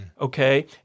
okay